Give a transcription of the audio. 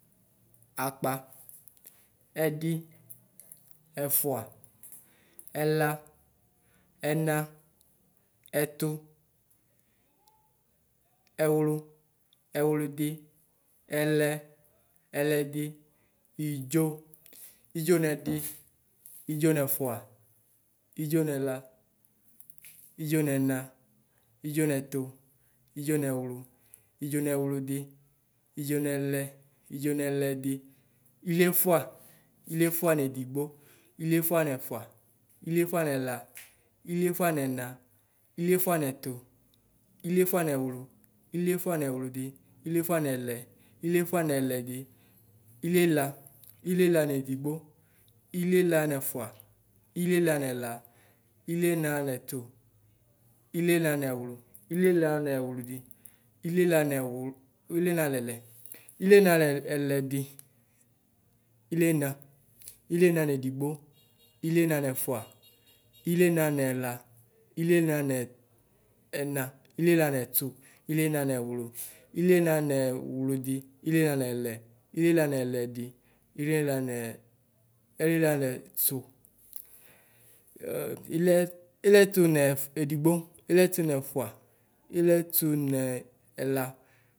Akpa, ɛdi, ɛfʋa, ɛla, ɛna, ɛtʋ, ɛwlʋ, ɛwlʋdi, ɛlɛ, ɛlɛdɩ, idzo, idzo nɛdɩ, idzo nɛfʋa, idzo nɛla, idzo nɛna, idzo nɛtʋ, idzo nɛwlʋ, idzo nɛwlʋdi, idzo nɛlɛ, idzo nɛlɛdi, iliefua, iliefua nɛdigbo, iliefua nɛfʋa, iliefua nɛla, iliefua nɛna, iliefua nɛtʋ, iliefua nɛwlʋ, iliefua nɛwlʋdi, iliefua nɛlɛ, iliefua nɛlɛdi, iliela, iliela nɛdi, iliela nɛfʋa, iliela nɛne iliela nɛtʋ, iliela nɛwlʋ, iliela nɛwlʋdi, iliela nɛlɛ, iliela nɛlɛdi, iliena, iliena nedigbo, iliena nɛfʋa, iliena nɛla, iliena nɛna, iliena nɛtʋ, iliena nɛwlʋ, iliena nɛwlʋdi, iliena nɛlɛ, iliena nɛlɛdi, iliena nɛtʋ, iliɛtʋ nedigbo, iliɛtʋ nɛfʋa, ilɛtʋ nɛla.